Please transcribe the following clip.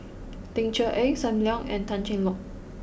Ling Cher Eng Sam Leong and Tan Cheng Lock